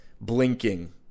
blinking